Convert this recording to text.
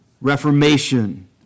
reformation